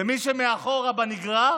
ומי שמאחור בנגרר